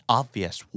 obvious